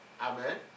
Amen